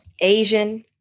Asian